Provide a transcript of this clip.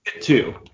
two